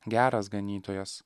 geras ganytojas